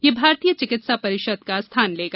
यह भारतीय चिकित्सा परिषद का स्थान लेगा